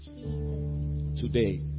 Today